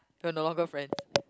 we're no longer friend